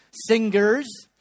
Singers